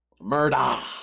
Murda